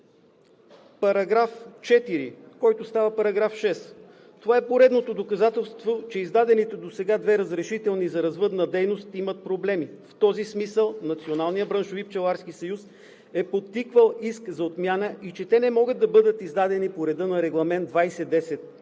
на § 4, който става § 6. Това е поредното доказателство, че издадените досега две разрешителни за развъдна дейност имат проблеми. В този смисъл Националният браншови пчеларски съюз е подтиквал изказ за отмяна и че те не могат да бъдат издадени по реда на Регламент 2010/20,